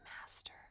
master